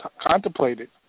contemplated